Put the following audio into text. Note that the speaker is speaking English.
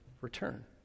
return